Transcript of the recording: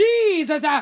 Jesus